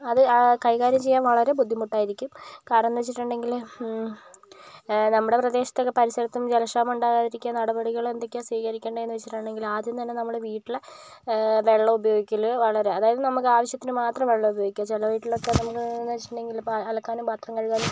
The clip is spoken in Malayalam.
അത് കൈകാര്യം ചെയ്യാൻ വളരെ ബുദ്ധിമുട്ട് ആയിരിക്കും കാരണം എന്ന് വെച്ചിട്ടുണ്ടെങ്കില് നമ്മുടെ പ്രദേശത്ത് ഒക്കെ പല സ്ഥലത്തും ജലക്ഷാമം ഉണ്ടാകാതെ ഇരിക്കാൻ നടപടികൾ എന്തൊക്കെയാണ് സ്വികരിക്കേണ്ടത് എന്ന് വെച്ചിട്ടുണ്ടെങ്കില് ആദ്യം തന്നെ നമ്മള് വീട്ടിലെ വെള്ളം ഉപയോഗിക്കല് വളരെ അതായത് നമുക്ക് ആവശ്യം ഉള്ളത് മാത്രം ഉപയോഗിക്കുക ചില വീട്ടിലൊക്കെ വെച്ചിട്ടുണ്ടെങ്കില് അലക്കാനും പത്രം കഴുകാനും